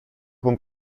con